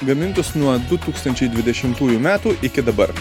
gamintus nuo du tūkstančiai dvidešimtųjų metų iki dabar